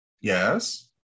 yes